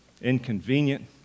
inconvenient